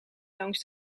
langs